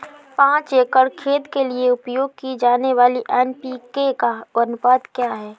पाँच एकड़ खेत के लिए उपयोग की जाने वाली एन.पी.के का अनुपात क्या है?